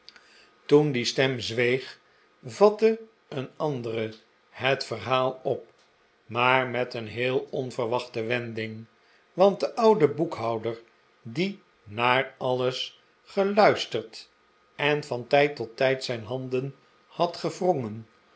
toen die stem zweeg vatte een andere het verhaal op maar met een heel onverwachte wending want de oude boekhouder die naar alles geluisterd en van tijd tot tijd zijn handen had gewrongen